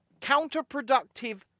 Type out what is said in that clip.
counterproductive